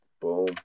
Boom